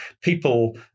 people